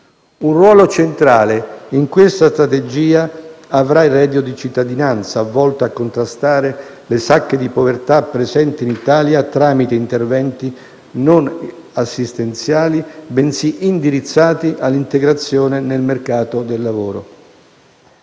Un ruolo centrale in questa strategia avrà il reddito di cittadinanza, volto a contrastare le sacche di povertà presenti in Italia tramite interventi non assistenziali, bensì indirizzati all'integrazione nel mercato del lavoro.